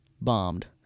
bombed